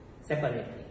separately